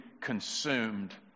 consumed